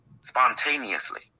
spontaneously